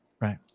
right